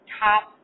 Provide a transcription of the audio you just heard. top